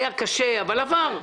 היה קשה אבל עבר.